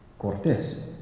cortes,